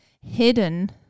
hidden